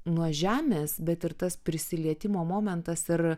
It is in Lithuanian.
nuo žemės bet ir tas prisilietimo momentas ir